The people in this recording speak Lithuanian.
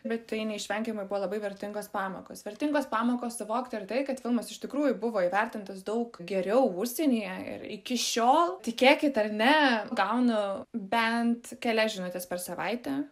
bet tai neišvengiamai buvo labai vertingos pamokos vertingos pamokos suvokti ir tai kad filmas iš tikrųjų buvo įvertintas daug geriau užsienyje ir iki šiol tikėkit ar ne gaunu bent kelias žinutes per savaitę